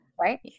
Right